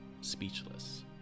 speechless